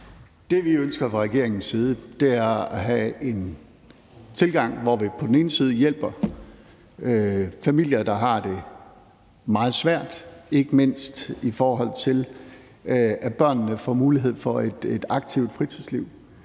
Det, vi ønsker fra regeringens side, er at have en tilgang, hvor vi på den ene side hjælper familier, der har det meget svært – ikke mindst i forhold til at børnene får mulighed for et aktivt fritidsliv